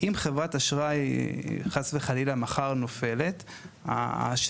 אם חברת האשראי מחר נופלת חס וחלילה,